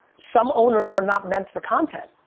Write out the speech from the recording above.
some owners are not made for content,